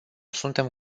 suntem